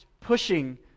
pushing